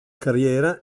carriera